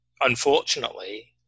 unfortunately